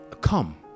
Come